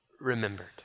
remembered